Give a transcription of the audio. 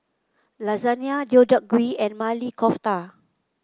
Lasagna Deodeok Gui and Maili Kofta